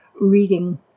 reading